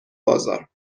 بازار